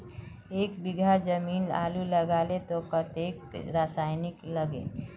एक बीघा जमीन आलू लगाले तो कतेक रासायनिक लगे?